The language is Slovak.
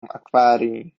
akvárií